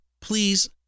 please